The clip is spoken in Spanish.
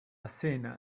cena